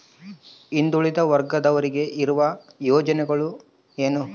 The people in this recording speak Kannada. ಹಿಂದುಳಿದ ವರ್ಗದವರಿಗೆ ಇರುವ ಯೋಜನೆಗಳು ಏನು?